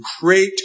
great